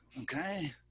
okay